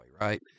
Right